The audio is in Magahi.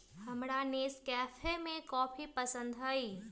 हमरा नेस्कैफे के कॉफी पसंद हई